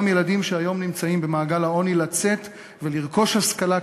ילדים שהיום נמצאים במעגל העוני לצאת ולרכוש השכלה,